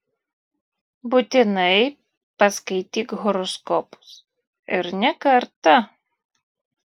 būtinai paskaityk horoskopus ir ne kartą